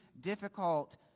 difficult